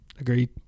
Agreed